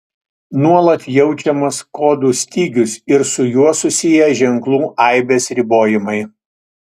nuolat jaučiamas kodų stygius ir su juo susiję ženklų aibės ribojimai